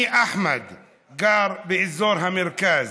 // אני אחמד גר באזור המרכז,